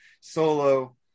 Solo